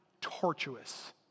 tortuous